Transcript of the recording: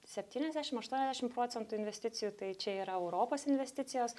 septyniasdešimt aštuoniasdešimt procentų investicijų tai čia yra europos investicijos